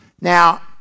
Now